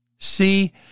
See